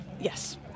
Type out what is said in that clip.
Yes